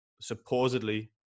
supposedly